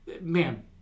man